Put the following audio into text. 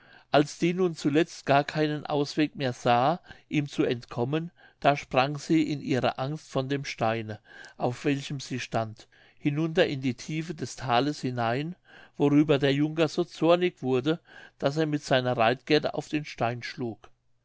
als die nun zuletzt gar keinen ausweg mehr sah ihm zu entkommen da sprang sie in ihrer angst von dem steine auf welchem sie stand hinunter in die tiefe des thales hinein worüber der junker so zornig wurde daß er mit seiner reitgerte auf den stein schlug